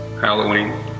Halloween